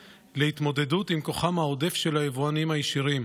להתמודדות עם כוחם העודף של היבואנים הישירים.